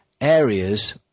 areas